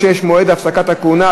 36) (מועד הפסקת כהונה),